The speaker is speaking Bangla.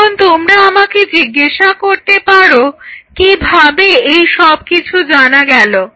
এখন তোমরা আমাকে জিজ্ঞাসা করতে পারো কিভাবে এইসব কিছু জানা গেল